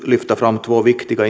lyfta fram två viktiga